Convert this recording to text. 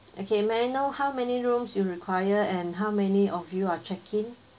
okay may I know how many rooms you require and how many of you are check-in